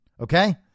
Okay